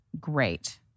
great